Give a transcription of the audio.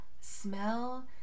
smell